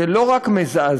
זה לא רק מזעזע,